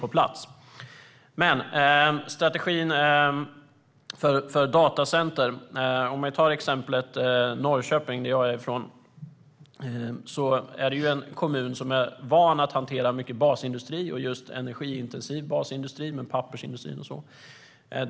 När det gäller strategin för datacenter kan vi ta exemplet Norrköping, där jag är ifrån. Det är en kommun som är van att hantera mycket basindustri och just energiintensiv basindustri, som pappersindustrin och så.